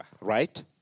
right